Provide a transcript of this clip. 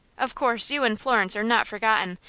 of course, you and florence are not forgotten,